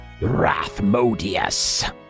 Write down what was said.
Rathmodius